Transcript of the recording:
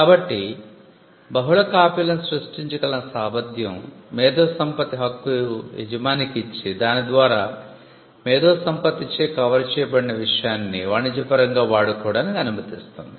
కాబట్టి బహుళ కాపీలను సృష్టించగల సామర్థ్యం మేధో సంపత్తి హక్కు యజమానికి ఇచ్చి దాని ద్వారా మేధో సంపత్తిచే కవర్ చేయబడిన విషయాన్ని వాణిజ్యపరంగా వాడుకోడానికి అనుమతిస్తుంది